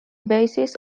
basis